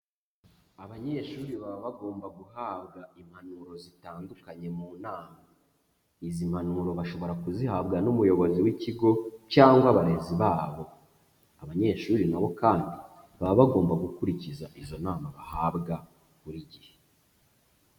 Abanyeshuri baba bagomba guhabwa impanuro zitandukanye mu nama, izi mpanuro bashobora kuzihabwa n'umuyobozi w'ikigo cyangwa abarezi babo, abanyeshuri na bo kandi baba bagomba gukurikiza izo nama bahabwa buri gihe.